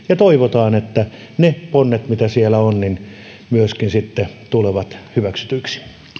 ja toivotaan että ne ponnet mitä siellä on myöskin tulevat hyväksytyiksi